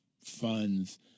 funds